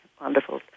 wonderful